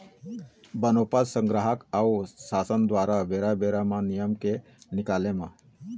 बनोपज संग्राहक अऊ सासन दुवारा बेरा बेरा म नियम के निकाले म